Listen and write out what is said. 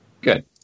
Good